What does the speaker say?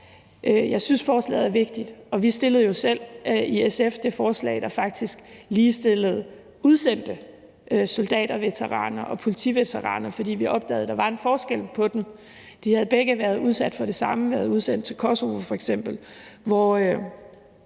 jeg, at forslaget er vigtigt, og vi fremsatte jo selv i SF det forslag, der faktisk ligestillede udsendte, altså soldaterveteraner og politiveteraner, fordi vi opdagede, der var en forskel på dem. De havde begge været udsat for det samme, været udsendt til Kosovo f.eks., hvor